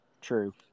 True